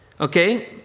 okay